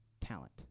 talent